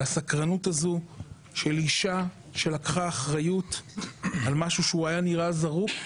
והסקרנות הזו של אישה שלקחה אחריות במשהו שנראה היה זרוק,